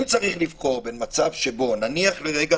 אם צריך לבחור בין מצב שבו נניח לרגע